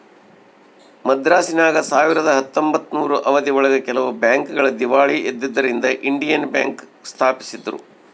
ಮದ್ರಾಸಿನಾಗ ಸಾವಿರದ ಹತ್ತೊಂಬತ್ತನೂರು ಅವಧಿ ಒಳಗ ಕೆಲವು ಬ್ಯಾಂಕ್ ಗಳು ದೀವಾಳಿ ಎದ್ದುದರಿಂದ ಇಂಡಿಯನ್ ಬ್ಯಾಂಕ್ ಸ್ಪಾಪಿಸಿದ್ರು